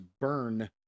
Burn